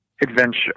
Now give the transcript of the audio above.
adventure